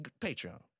Patreon